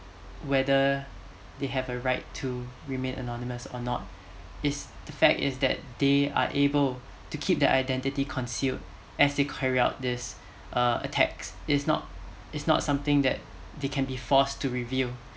whether they have the right to remain anonymous or not is the fact is that they are able to keep their identity concealed as they carry out these uh attacks it's not it's not something that they can be forced to reveal